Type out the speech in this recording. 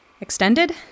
extended